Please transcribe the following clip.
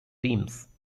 teams